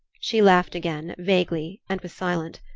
she laughed again, vaguely, and was silent.